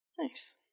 nice